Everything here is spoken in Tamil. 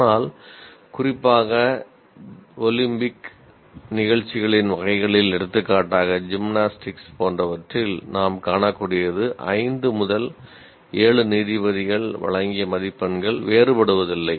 ஆனால் குறிப்பாக ஒலிம்பிக் நிகழ்ச்சிகளின் வகைகளில் எடுத்துக்காட்டாக ஜிம்னாஸ்டிக்ஸ் போன்றவற்றில் நாம் காணக்கூடியது 5 முதல் 7 நீதிபதிகள் வழங்கிய மதிப்பெண்கள் வேறுபடுவதில்லை